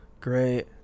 great